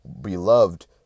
beloved